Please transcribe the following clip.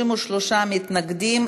33 מתנגדים,